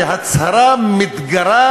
בהצהרה מתגרה,